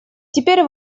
теперь